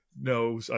No